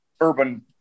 urban